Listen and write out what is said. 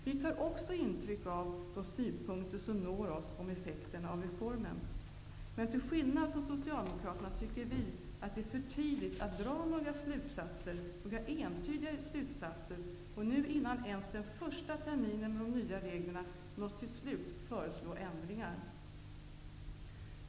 Vi tar också intryck av de synpunkter som når oss om effekterna av reformen. Men till skillnad från Socialdemokraterna tycker vi att det är för tidigt att dra några entydiga slutsatser och att innan ens den första terminen med de nya reglerna nått sitt slut föreslå ändringar.